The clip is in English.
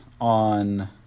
on